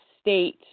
state